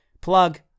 plug